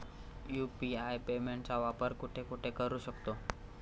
UPI पेमेंटचा वापर कुठे कुठे करू शकतो?